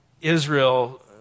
israel